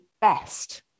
best